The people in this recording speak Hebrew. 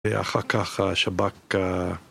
אחר כך השב"כ...